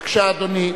בבקשה, אדוני.